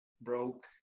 broke